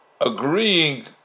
agreeing